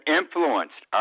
influenced